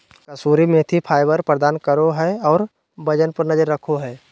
कसूरी मेथी फाइबर प्रदान करो हइ और वजन पर नजर रखो हइ